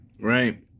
Right